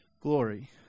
glory